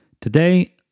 Today